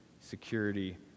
security